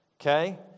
Okay